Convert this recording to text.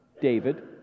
David